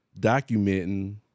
documenting